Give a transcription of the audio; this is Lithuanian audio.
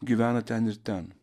gyvena ten ir ten